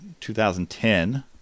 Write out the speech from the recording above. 2010